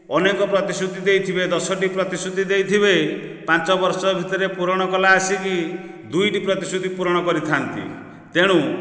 ଅନେକ ପ୍ରତିଶୃତି ଦେଇଥିବେ ଦଶଟି ପ୍ରତିଶୃତି ଦେଇଥିବେ ପାଞ୍ଚ ବର୍ଷ ଭିତରେ ପୁରଣ କଲା ଆସିକି ଦୁଇଟି ପ୍ରତିଶୃତି ପୁରଣ କରିଥାନ୍ତି ତେଣୁ